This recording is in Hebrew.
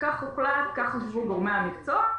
כך הוחלט, כך חשבו גורמי המקצוע.